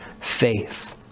faith